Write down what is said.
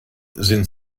sind